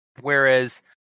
whereas